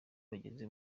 bageze